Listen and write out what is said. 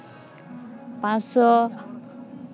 ᱯᱟᱸᱥᱥᱚ